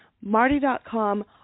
Marty.com